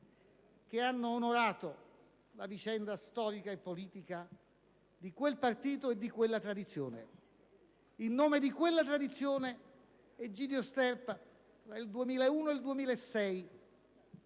che hanno onorato la vicenda storica e politica di quel partito e di quella tradizione. In nome di quella tradizione, Egidio Sterpa, nel 2001 e nel 2006,